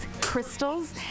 crystals